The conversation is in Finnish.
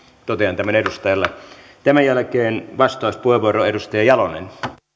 totean tämän edustajalle tämän jälkeen vastauspuheenvuoro edustaja jalonen arvoisa puhemies